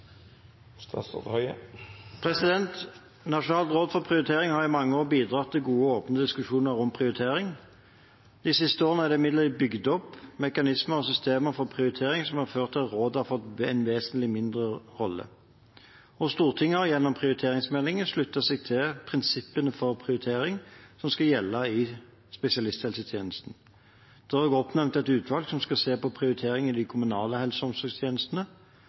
Nasjonalt råd for prioritering har i mange år bidratt til gode og åpne diskusjoner om prioritering. De siste årene er det imidlertid bygd opp mekanismer og systemer for prioritering som har ført til at rådet har fått en vesentlig mindre rolle. Stortinget har, gjennom prioriteringsmeldingen, sluttet seg til prinsippene for prioritering som skal gjelde i spesialisthelsetjenesten. Det er også oppnevnt et utvalg som skal se på prioritering i de kommunale helse- og omsorgstjenestene.